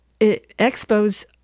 expos